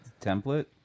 template